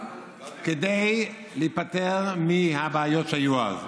כדי להיפטר מהבעיות שהיו אז.